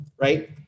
right